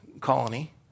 colony